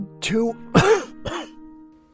two